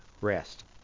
rest